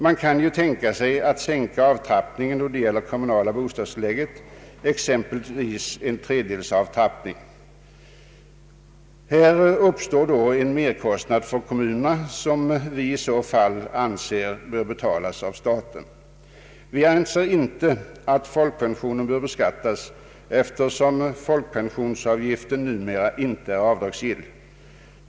Man kan tänka sig att sänka avtrappningen till exempelvis en tredjedel. På det viset skulle merkostnad uppstå för kommunerna som vi i så fall anser bör betalas av staten. Folkpensionen bör enligt vår mening inte beskattas, eftersom folkpensionsavgiften numera inte är avdragsgill.